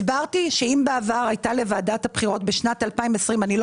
הסברתי שאם בעבר היתה לוועדת הבחירות ב-2020 אני לא